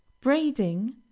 braiding